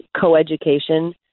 co-education